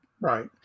right